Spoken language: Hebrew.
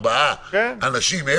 ארבעה אנשים,